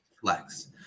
Flex